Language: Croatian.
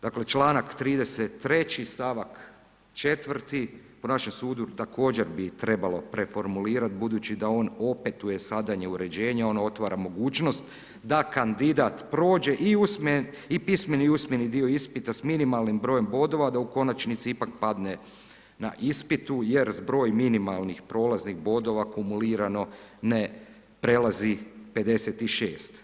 Dakle, čl. 33., st. 4. po našem sudu također bi trebalo preformulirati budući da on opetuje ... uređenje, on otvara mogućnost da kandidat prođe i pismeni i usmeni dio ispita s minimalnim brojem bodova, da u konačnici ipak padne na ispitu jer zbroj minimalnih prolaznih bodova kumulirano ne prelazi 56.